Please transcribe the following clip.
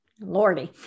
lordy